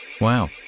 Wow